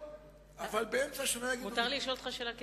מותר לי לשאול אותך שאלה,